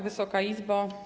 Wysoka Izbo!